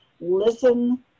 listen